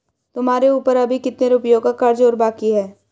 तुम्हारे ऊपर अभी कितने रुपयों का कर्ज और बाकी है?